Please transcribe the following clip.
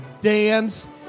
dance